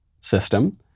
system